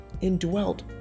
indwelt